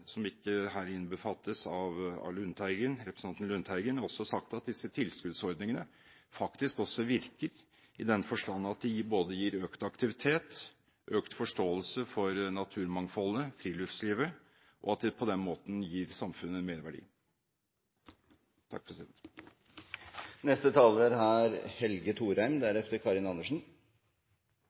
her ikke innbefattes av representanten Lundteigen, også sagt at disse tilskuddsordningene faktisk virker, i den forstand at de gir både økt aktivitet og økt forståelse for naturmangfoldet/friluftslivet, og på den måten gir samfunnet en merverdi.